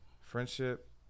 Friendship